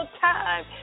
time